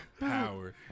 Power